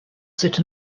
sit